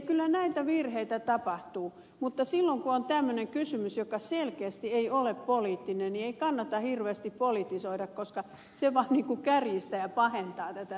kyllä näitä virheitä tapahtuu mutta silloin kun on tämmöinen kysymys joka selkeästi ei ole poliittinen niin ei kannata hirveästi politisoida koska se vaan kärjistää pahinta mitä